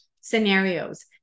scenarios